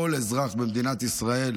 כל אזרח במדינת ישראל,